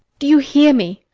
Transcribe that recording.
do you hear me?